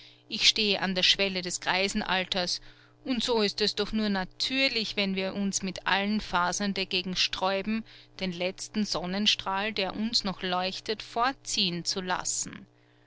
ich stehe an der schwelle des greisenalters und so ist es doch nur natürlich wenn wir uns mit allen fasern dagegen sträuben den letzten sonnenstrahl der uns noch leuchtet fortziehen zu lassen